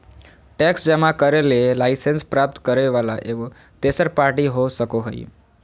tax जमा करे ले लाइसेंस प्राप्त करे वला एगो तेसर पार्टी हो सको हइ